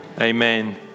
amen